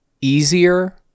easier